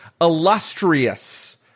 illustrious